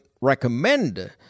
recommend